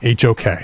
HOK